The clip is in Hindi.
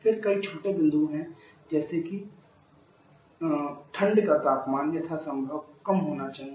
फिर कई छोटे बिंदु हैं जैसे कि ठंड का तापमान यथासंभव कम होना चाहिए